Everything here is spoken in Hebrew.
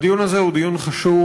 הדיון הזה הוא דיון חשוב,